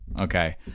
Okay